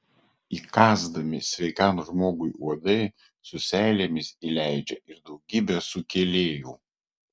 įkąsdami sveikam žmogui uodai su seilėmis įleidžia ir daugybę sukėlėjų